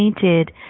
painted